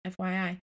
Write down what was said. fyi